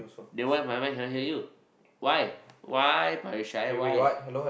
then why my one cannot hear you why why why